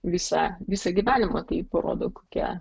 visą visą gyvenimą tai parodo kokia